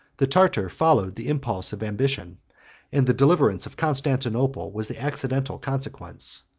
the tartar followed the impulse of ambition and the deliverance of constantinople was the accidental consequence.